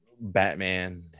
Batman